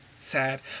sad